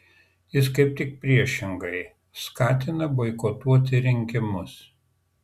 jis kaip tik priešingai skatina boikotuoti rinkimus